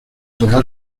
real